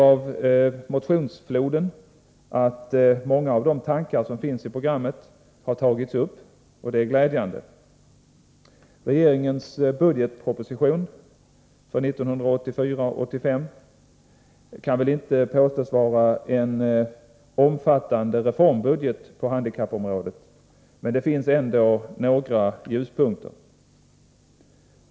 Av motionsfloden ser jag att många av tankarna i programmet har tagits upp, och det är glädjande. Regeringens budgetproposition för 1984/85 kan välinte påstås vara en omfattande reformbudget på handikappområdet, men det finns ändå några ljuspunkter.